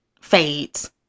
fades